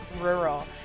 Rural